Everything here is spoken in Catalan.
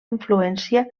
influència